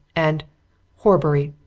and horbury!